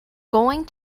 going